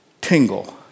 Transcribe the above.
tingle